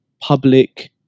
public